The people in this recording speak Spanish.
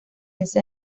ese